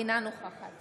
אינה נוכחת